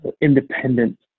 independent